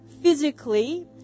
physically